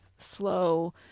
slow